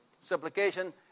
Supplication